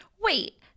Wait